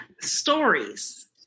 stories